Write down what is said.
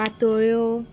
पातोळ्यो